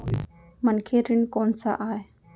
मनखे ऋण कोन स आय?